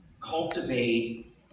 cultivate